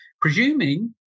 Presuming